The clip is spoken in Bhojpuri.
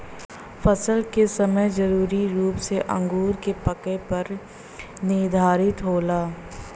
फसल क समय जरूरी रूप से अंगूर क पके पर निर्धारित होला